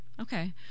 Okay